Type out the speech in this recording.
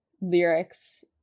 lyrics